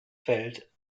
feld